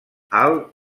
alt